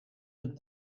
het